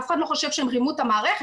אף אחד לא חושב שהם רימו את המערכת,